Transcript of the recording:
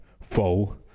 full